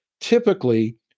Typically